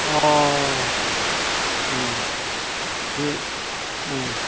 अह बे